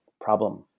problem